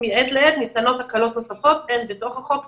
ומעת לעת ניתנות הקלות נוספות הן בתוך החוק,